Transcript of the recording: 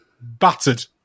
battered